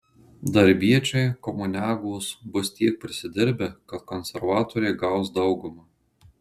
darbiečiai komuniagos bus tiek prisidirbę kad konservatoriai gaus daugumą